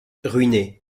ruiné